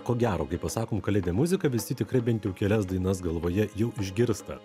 ko gero kai pasakom kalėdinė muzika visi tikrai bent jau kelias dainas galvoje jau išgirsta